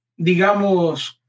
digamos